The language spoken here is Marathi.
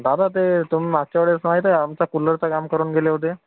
दादा ते तुम्ही मागच्या वेळेस माहिती आहे आमच्या कूलरचे काम करून गेले होते